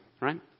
right